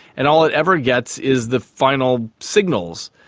and all it ever gets is the final signals.